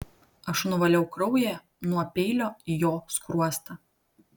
aš nuvaliau kraują nuo peilio į jo skruostą